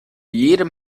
jedem